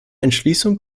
entschließung